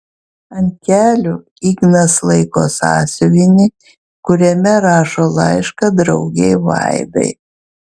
ant kelių ignas laiko sąsiuvinį kuriame rašo laišką draugei vaidai